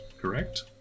correct